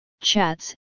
chats